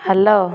hello